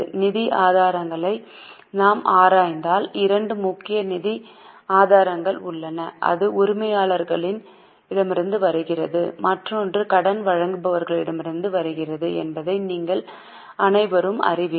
நிதி ஆதாரங்களை நாம் ஆராய்ந்தால் இரண்டு முக்கிய நிதி ஆதாரங்கள் உள்ளன அது உரிமையாளர்களிடமிருந்து வருகிறது மற்றொன்று கடன் வழங்குநர்கள் இடமிருந்து வருகிறது என்பதை நீங்கள் அனைவரும் அறிவீர்கள்